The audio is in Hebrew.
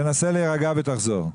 תנסה להירגע ותחזור.